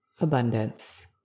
abundance